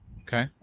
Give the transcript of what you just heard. Okay